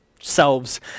selves